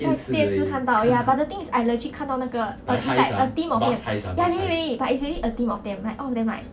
在电视看到 ya but the thing is I legit~ 看到那个 is like a team of ya really really but it's really a team of them like all of them like